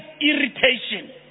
irritation